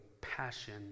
passion